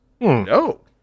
No